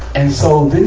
and so, then